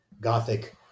Gothic